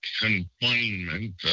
confinement